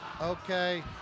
Okay